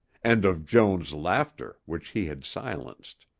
and of joan's laughter which he had silenced.